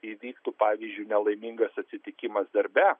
įvyktų pavyzdžiui nelaimingas atsitikimas darbe